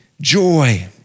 joy